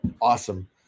awesome